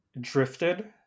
drifted